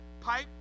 pipe